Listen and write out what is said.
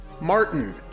Martin